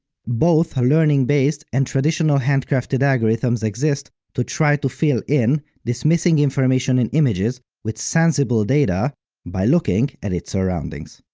both learning-based, and traditional handcrafted algorithms exist to try to fill in this missing information in images with sensible data by looking at its surroundings.